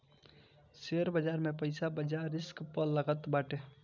share बाजार में पईसा बाजार रिस्क पअ लागत बाटे